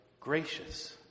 gracious